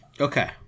Okay